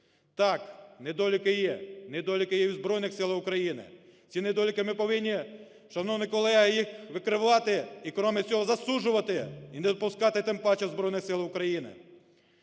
Так, недоліки є, недоліки є у Збройних Силах України. Ці недоліки ми повинні, шановні колеги, їх викривати і, крім цього, засуджувати, і не допускати, тим паче в Збройних Силах України.